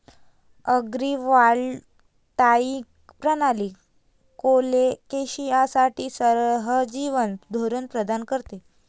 agrivoltaic प्रणाली कोलोकेशनसाठी सहजीवन धोरण प्रदान करते